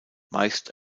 meist